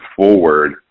forward